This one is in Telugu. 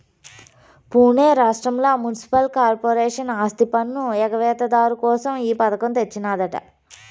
పునే రాష్ట్రంల మున్సిపల్ కార్పొరేషన్ ఆస్తిపన్ను ఎగవేత దారు కోసం ఈ పథకం తెచ్చినాదట